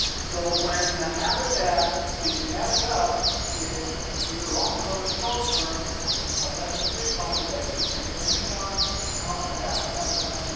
so when the habitat is messed up it either long-term or short-term effects the fish population and depending upon how bad the habitat